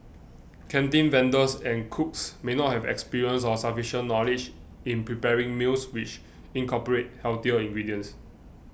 canteen vendors and cooks may not have experience or sufficient knowledge in preparing meals which incorporate healthier ingredients